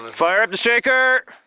fire up the shaker!